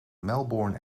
melbourne